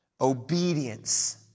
obedience